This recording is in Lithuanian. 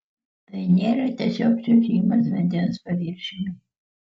tai nėra tiesiog čiuožimas vandens paviršiumi